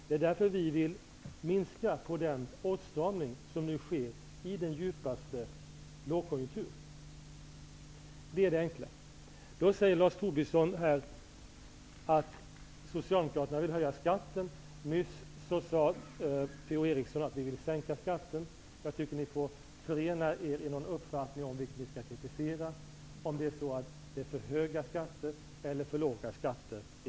Det är därför vi vill minska på den åtstramning som nu sker i den djupaste lågkonjunkturen. Lars Tobisson säger att Socialdemokraterna vill höja skatten. Nyss sade P-O Eriksson att Socialdemokraterna vill sänka skatten. Jag tycker att ni skall förena er i en uppfattning om vad ni skall kritisera. Är det för höga skatter eller för låga skatter?